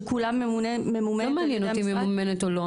לא מעניין אותי ממומנת או לא.